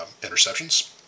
interceptions